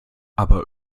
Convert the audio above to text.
aber